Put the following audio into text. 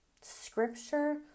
scripture